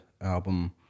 album